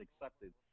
accepted